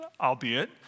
albeit